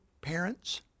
parents